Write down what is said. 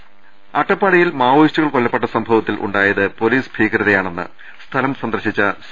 രുട്ട്ട്ട്ട്ട്ട്ട്ട അട്ടപ്പാടിയിൽ മാവോയിസ്റ്റുകൾ കൊല്ലപ്പെട്ട സംഭവത്തിൽ ഉണ്ടായത് പൊലീസ് ഭീകരതയാണെന്ന് സ്ഥലം സന്ദർശിച്ച സി